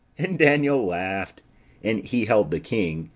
and daniel laughed and he held the king,